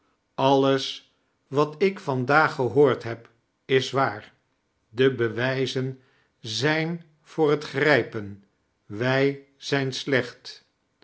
alles wat ik van daag gehoord heb is waar de bewijzen zijn voor t grijpen wij zijn sleeht